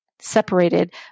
separated